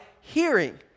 hearing